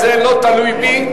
זה לא תלוי בי.